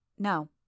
No